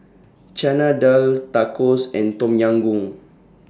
Chana Dal Tacos and Tom Yam Goong